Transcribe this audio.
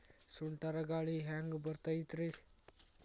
ಸುಂಟರ್ ಗಾಳಿ ಹ್ಯಾಂಗ್ ಬರ್ತೈತ್ರಿ?